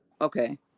Okay